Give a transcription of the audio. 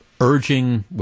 urging